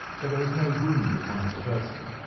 but there is no wound upon his person.